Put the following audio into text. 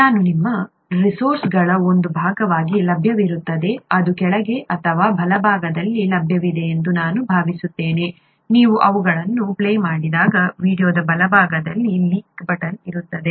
ನಾನು ಇದು ನಿಮ್ಮ ರಿಸೋರ್ಸ್ಗಳ ಒಂದು ಭಾಗವಾಗಿ ಲಭ್ಯವಿರುತ್ತದೆ ಅದು ಕೆಳಗೆ ಅಥವಾ ಬಲಭಾಗದಲ್ಲಿ ಲಭ್ಯವಿದೆ ಎಂದು ನಾನು ಭಾವಿಸುತ್ತೇನೆ ನೀವು ಅವುಗಳನ್ನು ಪ್ಲೇ ಮಾಡಿದಾಗ ವೀಡಿಯೊದ ಬಲಭಾಗದಲ್ಲಿ ಲಿಂಕ್ ಬಟನ್ ಇರುತ್ತದೆ